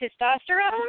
testosterone